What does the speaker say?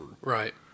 Right